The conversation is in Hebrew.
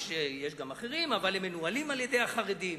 יש גם אחרים אבל הם מנוהלים על-ידי החרדים.